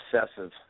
obsessive